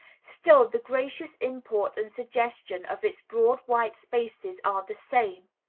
still the gracious import and suggestion of its broad white spaces are the same.